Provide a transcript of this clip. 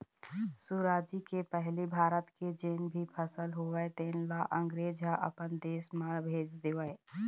सुराजी के पहिली भारत के जेन भी फसल होवय तेन ल अंगरेज ह अपन देश म भेज देवय